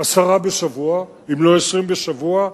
עשרה בשבוע, אם לא 20 בשבוע,